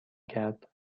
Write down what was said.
کرد